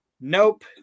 Nope